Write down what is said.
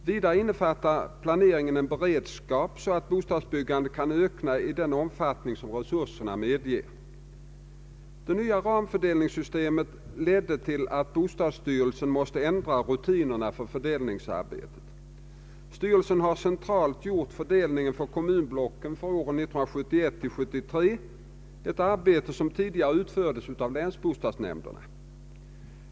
Vidare innefattar planeringen en beredskap så att bostadsbyggandet kan öka i den omfattning som resurserna medger. Det nya ramfördelningssystemet ledde till att bostadsstyrelsen måste ändra rutinerna för fördelningsarbetet. Sty relsen har centralt gjort fördelningen på kommunblock åren 1971—1973, ett arbete som tidigare utfördes av länsbostadsnämnderna.